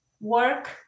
work